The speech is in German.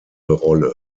rolle